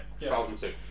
2002